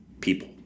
people